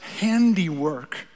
handiwork